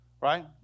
right